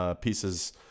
pieces